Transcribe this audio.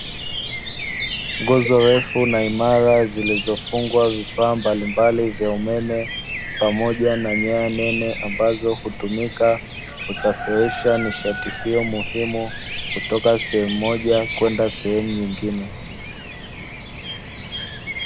Nguzo refu na imara zilizofungwa vifaa mbalimbali vya umeme pamoja na nyaya nene, ambazo hutumika kusafirisha nishati hiyo muhimu kutoka sehemu moja kwenda sehemu nyingine.